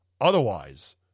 Otherwise